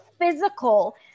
physical